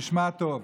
תשמע טוב.